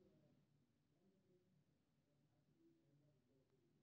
हरियर खाद ओहन फसल कें कहल जाइ छै, जे तेजी सं बढ़ै छै